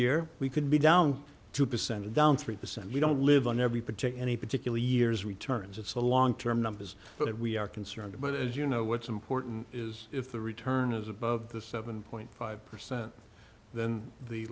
year we could be down two percent down three percent we don't live on every protect any particular year's returns it's a long term numbers but we are concerned but as you know what's important is if the return is above the seven point five percent then the